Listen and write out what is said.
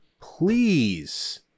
please